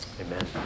Amen